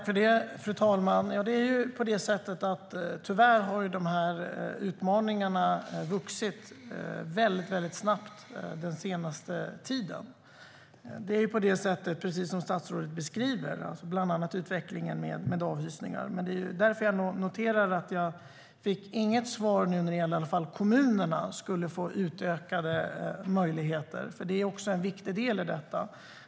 Fru talman! Tyvärr har dessa utmaningar vuxit snabbt den senaste tiden, precis som statsrådet beskriver. Bland annat gäller det utvecklingen med avhysningar. Jag noterar att jag inte fick något svar på om kommunerna ska få utökade möjligheter. Det är en viktig del i detta.